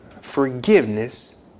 forgiveness